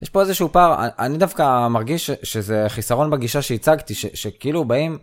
יש פה איזה שהוא פער אני דווקא מרגיש שזה חיסרון בגישה שהצגתי שכאילו באים